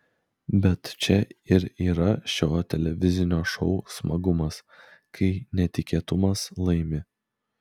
bet čia ir yra šio televizinio šou smagumas kai netikėtumas laimi